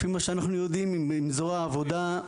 לפי מה שאנחנו יודעים מזרוע העבודה,